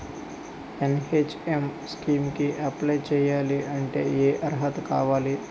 NHM scheme కి apply చేయాలి అంటే ఏ అర్హత కావాలి?